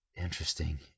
Interesting